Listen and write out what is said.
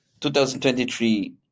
2023